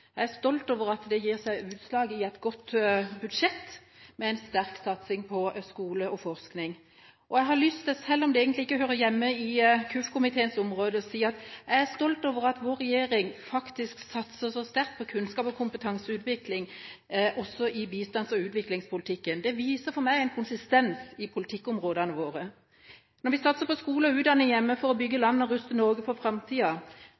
Jeg er stolt over at det gir seg utslag i et godt budsjett, med en sterk satsing på skole og forskning. Jeg har lyst til, selv om det egentlig ikke hører hjemme på KUF-komiteens område, å si at jeg er stolt over at vår regjering faktisk satser så sterkt på kunnskaps- og kompetanseutvikling også i bistands- og utviklingspolitikken. Det viser for meg en konsistens i politikkområdene våre. Når vi satser på skole og utdanning hjemme for å bygge landet og ruste Norge for framtida,